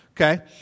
okay